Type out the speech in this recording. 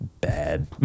bad